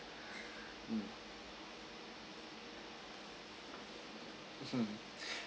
mm